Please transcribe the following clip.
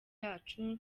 yacu